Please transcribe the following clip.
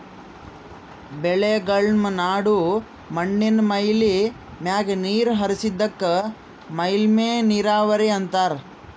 ಬೆಳೆಗಳ್ಮ ನಡು ಮಣ್ಣಿನ್ ಮೇಲ್ಮೈ ಮ್ಯಾಗ ನೀರ್ ಹರಿಸದಕ್ಕ ಮೇಲ್ಮೈ ನೀರಾವರಿ ಅಂತಾರಾ